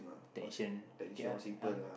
attention okay ah uh